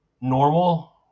normal